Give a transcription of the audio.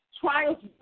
trials